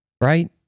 right